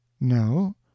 No